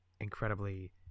incredibly